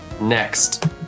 next